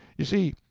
you see,